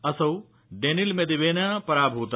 असौ Daniil Medvedev पराभूत